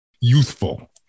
youthful